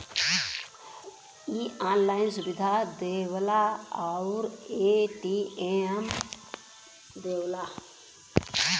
इ ऑनलाइन सुविधा देवला आउर ए.टी.एम देवला